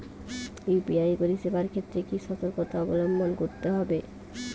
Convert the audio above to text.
UPI পরিসেবার ক্ষেত্রে কি সতর্কতা অবলম্বন করতে হবে?